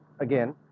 again